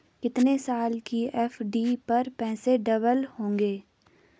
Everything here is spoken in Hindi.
कितने साल की एफ.डी पर पैसे डबल होंगे?